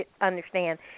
understand